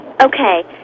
Okay